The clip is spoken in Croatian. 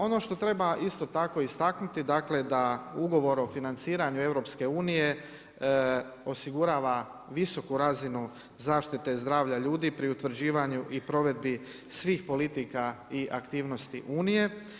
Ono što treba isto tako istaknuti da ugovor o financiranju EU, osigurava visoku zaštite zdravalja ljudi pri utvrđivanju i provedbi svih politika i aktivnosti Unije.